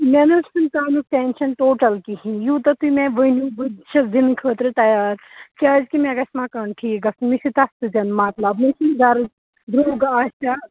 مےٚ نہ حظ چھِنہٕ تَمیُک ٹینشَن ٹوٹل کِہیٖنۍ یوٗتاہ تُہۍ مےٚ ؤنیُو بہٕ چھَس دِنہٕ خٲطرٕ تیار کیٛازِکہِ مےٚ گژھِ مکان ٹھیٖک گژھُن مےٚ چھِ تَتھ سۭتۍ مطلب مےٚ چھِنہٕ غرض دروٚگ آسیا